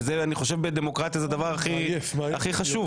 שזה אני חושב בדמוקרטיה זה הדבר הכי חשוב,